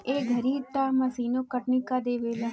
ए घरी तअ मशीनो कटनी कअ देवेला